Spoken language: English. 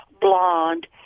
blonde